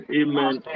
amen